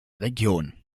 region